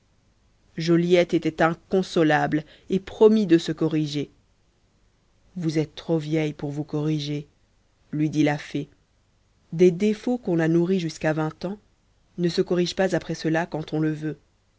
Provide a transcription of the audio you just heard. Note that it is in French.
joliette était inconsolable et promit de se corriger vous êtes trop vieille pour vous corriger lui dit la fée des défauts qu'on a nourris jusqu'à vingt ans ne se corrigent pas après cela quand on le veut